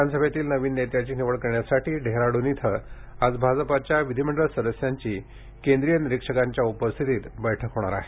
विधानसभेतील नवीन नेत्याची निवड करण्यासाठी डेहराडून इथं आज भाजपच्या विधिमंडळ सदस्यांची केंद्रीय निरीक्षकांच्या उपस्थितीत बैठक होणार आहे